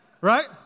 Right